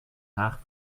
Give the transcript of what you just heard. haag